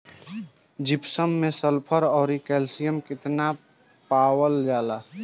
Gypsum मैं sulphur औरी calcium कितना कितना पावल जाला?